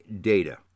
data